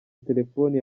telefoni